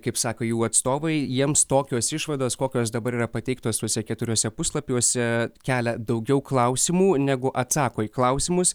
kaip sako jų atstovai jiems tokios išvados kokios dabar yra pateiktos tuose keturiuose puslapiuose kelia daugiau klausimų negu atsako į klausimus